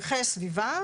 ערכי סביבה.